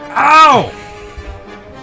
Ow